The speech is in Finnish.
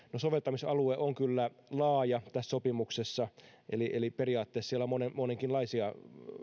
soveltamisalue on kyllä laaja tässä sopimuksessa eli eli periaatteessa siellä on monenkinlaisia